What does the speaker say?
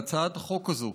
על הצעת החוק הזאת.